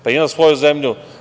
Pa, imam svoju zemlju.